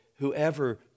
whoever